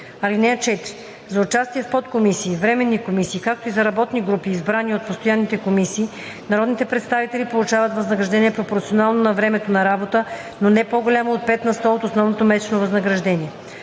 член. (4) За участие в подкомисии, временни комисии, както и за работни групи, избрани от постоянните комисии, народните представители получават възнаграждение пропорционално на времето на работа, но не по-голямо от 5 на сто от основното месечно възнаграждение.